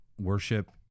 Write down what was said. worship